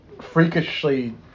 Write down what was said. freakishly